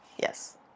Yes